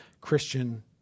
Christian